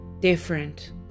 different